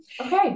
Okay